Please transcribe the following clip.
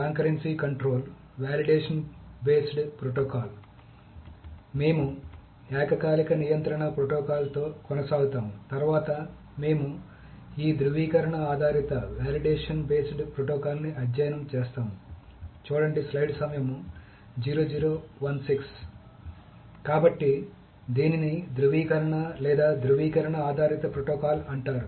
కాబట్టి దీనిని ధ్రువీకరణ లేదా ధృవీకరణ ఆధారిత ప్రోటోకాల్ అంటారు